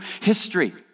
history